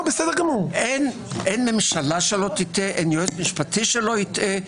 אין ממשלה שלא תטעה, אין יועץ משפטי שלא יטעה.